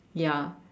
ya